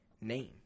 Name